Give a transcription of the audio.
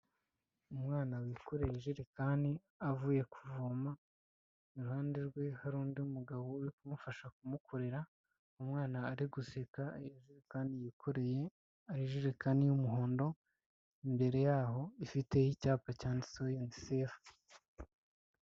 Umwana wikoreye ijerekani avuye kuvoma, iruhande rwe hari undi mugabo uri kumufasha kumukorera, umwana ari guseka kandi yikoreye ijerekani y'umuhondo, imbere yaho ifite icyapa cyanditseho UNICEF.